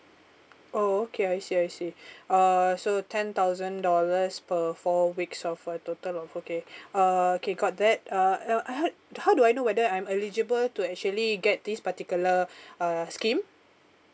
oh okay I see I see uh so ten thousand dollars per four weeks of a total of okay uh okay got that uh I heard how do I know whether I'm eligible to actually get this particular uh scheme